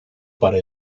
para